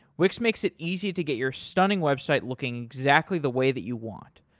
wix makes it easy to get your stunning website looking exactly the way that you want.